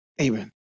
Amen